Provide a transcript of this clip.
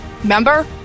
Remember